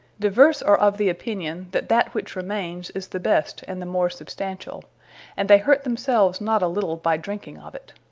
divers are of the opinion, that, that which remaines, is the best and the more substantiall and they hurt themselves not a litle, by drinking of it.